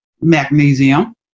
magnesium